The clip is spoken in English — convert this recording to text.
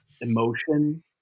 emotion